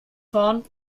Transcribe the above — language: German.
fahren